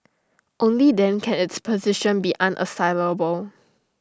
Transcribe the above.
only then can its position be unassailable